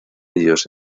ellos